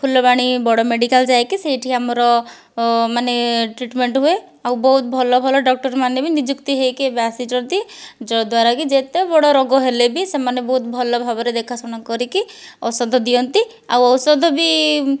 ଫୁଲବାଣୀ ବଡ଼ ମେଡିକାଲ୍ ଯାଇକି ସେଇଠି ଆମର ମାନେ ଟ୍ରିଟମେଣ୍ଟ ହୁଏ ଆଉ ବହୁତ ଭଲ ଭଲ ଡକ୍ଟର ମାନେ ବି ନିଯୁକ୍ତି ହୋଇକି ଏବେ ଆସିଛନ୍ତି ଯଦ୍ୱାରାକି ଯେତେ ବଡ଼ ରୋଗ ହେଲେ ବି ସେମାନେ ବହୁତ ଭଲ ଭାବରେ ଦେଖା ଶୁଣା କରିକି ଔଷଧ ଦିଅନ୍ତି ଆଉ ଔଷଧ ବି